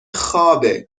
خوابه